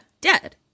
Dead